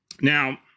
Now